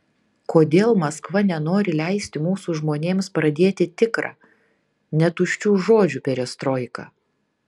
kodėl maskva nenori leisti mūsų žmonėms pradėti tikrą ne tuščių žodžių perestroiką